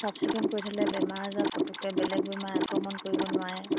চাফ চিকুণ কৰি থ'লে বেমাৰ আজাৰ পতককৈ বেলেগ বেমাৰে আক্ৰমণ কৰিব নোৱাৰে